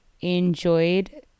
enjoyed